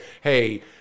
hey